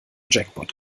jackpot